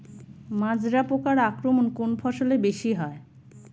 মাজরা পোকার আক্রমণ কোন ফসলে বেশি হয়?